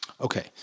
okay